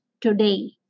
today